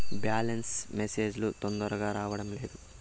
Balance message లు తొందరగా రావడం లేదు?